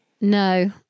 No